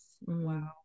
Wow